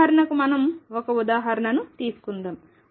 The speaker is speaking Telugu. ఉదాహరణకు మనం ఒక ఉదాహరణను తీసుకుందాం